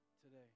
today